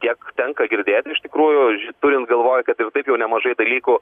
kiek tenka girdėti iš tikrųjų turint galvoj kad ir taip jau nemažai dalykų